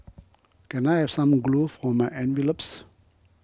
can I have some glue for my envelopes